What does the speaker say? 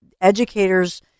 Educators